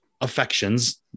affections